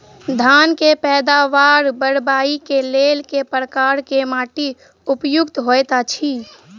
धान केँ पैदावार बढ़बई केँ लेल केँ प्रकार केँ माटि उपयुक्त होइत अछि?